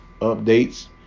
updates